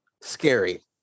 scary